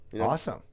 Awesome